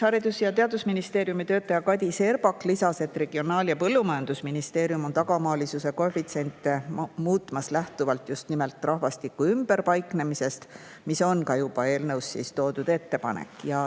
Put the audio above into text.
Haridus- ja Teadusministeeriumi töötaja Kadi Serbak lisas, et Regionaal- ja Põllumajandusministeerium on tagamaalisuse koefitsiente muutmas lähtuvalt just nimelt rahvastiku ümberpaiknemisest, mis on ka eelnõus toodud ettepanek. Ta